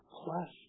plus